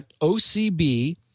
OCB